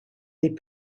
des